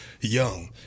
Young